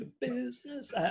business